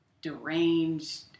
deranged